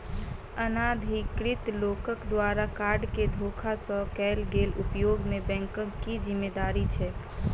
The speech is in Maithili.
अनाधिकृत लोकक द्वारा कार्ड केँ धोखा सँ कैल गेल उपयोग मे बैंकक की जिम्मेवारी छैक?